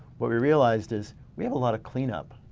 what we realized is we have a lot of clean up.